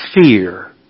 fear